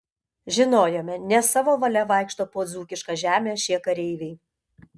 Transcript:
žinojome ne savo valia vaikšto po dzūkišką žemę šie kareiviai